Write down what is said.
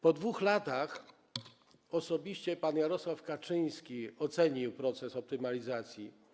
Po 2 latach osobiście pan Jarosław Kaczyński ocenił proces optymalizacji.